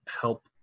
help